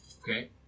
Okay